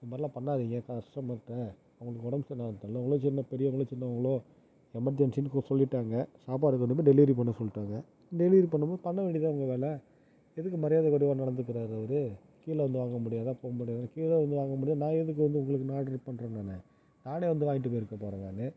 இது மாதிரிலாம் பண்ணாதீங்க கஸ்டமர்ட்டே அவங்களுக்கு உடம்பு சரியில்லை பெரியவங்களோ சின்னவங்களோ எமர்ஜன்ஸின்னு சொல்லிவிட்டாங்க சாப்பாடு கொண்டு வந்து டெலிவரி பண்ண சொல்லிட்டாங்க டெலிவரி பண்ணும் போது பண்ண வேண்டியது தானே எதுக்கு மரியாதை குறைவா நடந்துக்கிறாரு அவர் கீழே வந்து வாங்க முடியாதா போக முடியாதா கீழே வந்து வாங்க முடியும் நான் எதுக்கு மேலே இருந்து கீழ வர நான் வந்து வாங்கிட்டு போயிருப்பேன் நான்